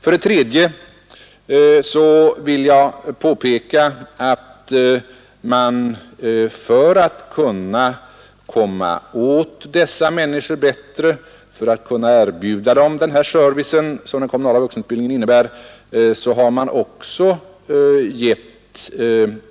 För det tredje vill jag påpeka att man, för att nå dessa människor och erbjuda dem den service som den kommunala vuxenutbildningen innebär,